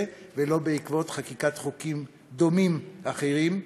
ולא בעקבות חקיקת חוקים דומים אחרים.